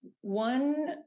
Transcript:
One